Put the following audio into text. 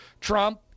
Trump